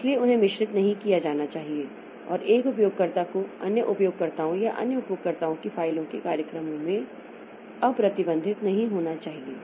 इसलिए उन्हें मिश्रित नहीं किया जाना चाहिए और एक उपयोगकर्ता को अन्य उपयोगकर्ताओं या अन्य उपयोगकर्ताओं की फाइलों के कार्यक्रमों में अप्रतिबंधित नहीं होना चाहिए